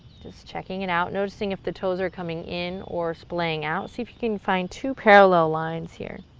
just checking it out, noticing if the toes are coming in or splaying out. see if you can find two parallel lines here,